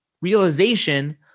realization